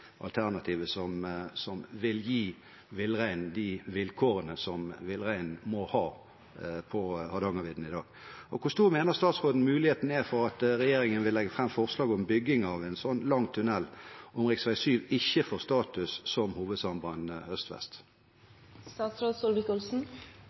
alternativet som vil gi villreinen de vilkårene som villreinen må ha på Hardangervidda i dag. Hvor stor mener statsråden muligheten er for at regjeringen vil legge fram forslag om bygging av en slik lang tunnel, når rv. 7 ikke får status som